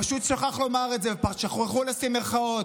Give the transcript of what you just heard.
הוא פשוט שכח לומר את זה, שכחו לשים מירכאות.